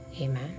amen